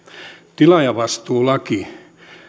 tilaajavastuulaki